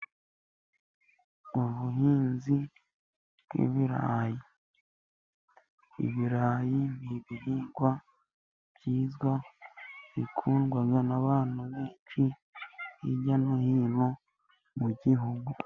Ubuhinzi bw'ibirayi. Ibirayi ni ibihingwa byiza bikundwa n'abantu benshi, hirya no hino mu Gihugu.